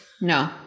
No